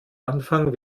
anfang